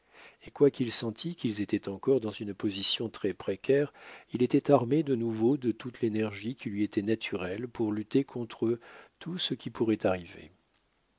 et quoiqu'il sentît qu'ils étaient encore dans une position très précaire il était armé de nouveau de toute l'énergie qui lui était naturelle pour lutter contre tout ce qui pourrait arriver